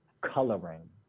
coloring